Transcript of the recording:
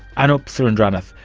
anup surendranath,